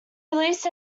released